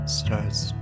starts